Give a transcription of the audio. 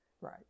Right